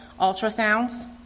ultrasounds